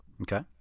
Okay